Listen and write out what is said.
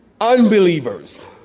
unbelievers